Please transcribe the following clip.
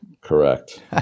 Correct